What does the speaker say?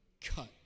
cut